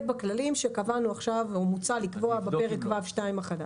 בכללים שקבענו עכשיו או מוצע לקבוע בפרק ו'2 החדש.